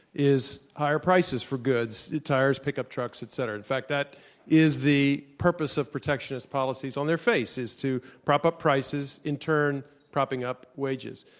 is higher prices for goods, tires, pickup trucks, et cetera, in fact that is the purpose of protectionist policies on their face is to, prop up prices, in turn, propping up wages.